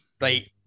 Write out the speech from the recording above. Right